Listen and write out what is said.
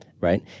right